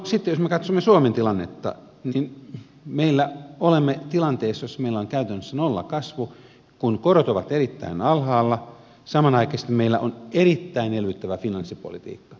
sitten jos me katsomme suomen tilannetta niin olemme tilanteessa jossa meillä on käytännössä nollakasvu kun korot ovat erittäin alhaalla ja samanaikaisesti meillä on erittäin elvyttävä finanssipolitiikka